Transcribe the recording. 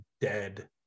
dead